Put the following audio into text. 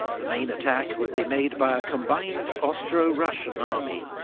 the main attack would be made by a combined austro-russian army,